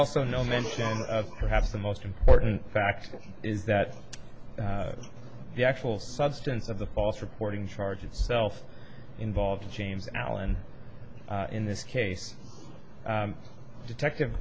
also no mention of perhaps the most important fact is that the actual substance of the false reporting charge itself involved james allen in this case detective